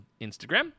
Instagram